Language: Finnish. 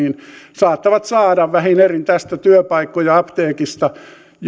saattavat saada vähin erin tästä työpaikkoja apteekista